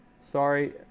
sorry